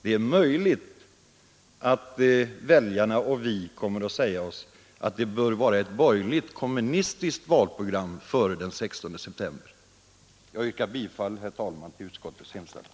Det är möjligt att väljarna och vi kommer att säga att det bör redovisas ett borgerligt-kommunistiskt valprogram före den 16 september. Jag yrkar bifall, herr talman, till utskottets hemställan.